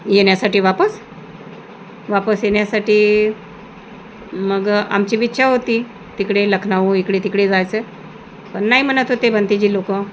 येण्यासाठी वापस वापस येण्यासाठी मग आमची ईच्छा होती तिकडे लखनऊ इकडे तिकडे जायचं पण नाही म्हणत होते बनतेजी लोक